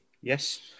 Yes